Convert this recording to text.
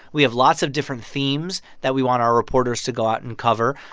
we have lots of different themes that we want our reporters to go out and cover,